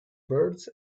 birds